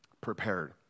prepared